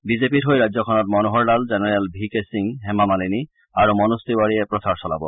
বিজেপিৰ হৈ ৰাজ্যখনত Manohar Lal general V K Singh Hema Malini আৰু মনোজ তিৱাৰীয়ে প্ৰচাৰ চলাব